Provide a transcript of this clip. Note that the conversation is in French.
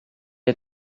est